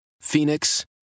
phoenix